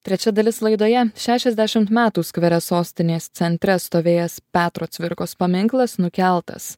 trečia dalis laidoje šešiasdešimt metų skvere sostinės centre stovėjęs petro cvirkos paminklas nukeltas